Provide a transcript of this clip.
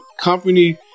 company